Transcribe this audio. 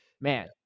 Man